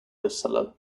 bestseller